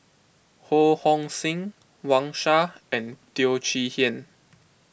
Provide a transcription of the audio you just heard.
Ho Hong Sing Wang Sha and Teo Chee Hean